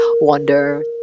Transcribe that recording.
wonder